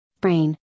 brain